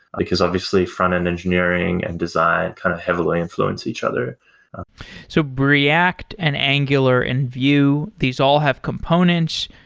because obviously, front-end engineering and design kind of heavily influence each other so react and angular and vue, these all have components,